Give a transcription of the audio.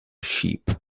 sheep